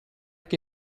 che